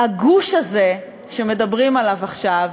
הגוש הזה שמדברים עליו עכשיו,